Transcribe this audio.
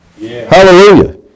Hallelujah